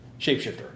Shapeshifter